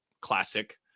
classic